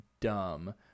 dumb